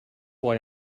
why